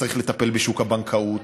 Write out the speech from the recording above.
וצריך לטפל בשוק הבנקאות,